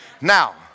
Now